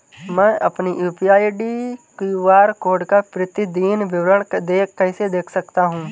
मैं अपनी UPI QR code का प्रतीदीन विवरण कैसे देख सकता हूँ?